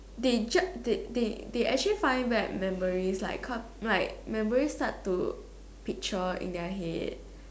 they just they they they actually find back memories like come like memories start to picture in their head